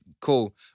Cool